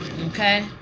okay